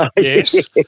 Yes